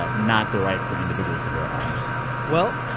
but not the right for individuals to bear arms well,